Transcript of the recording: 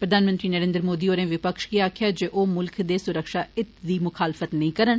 प्रधानमंत्री नरेन्द्र मोदी होरें विपक्ष गी आक्खेया ऐ जे ओ मुल्खै दे सुरक्षा हितें दी मुखालफत नेई करन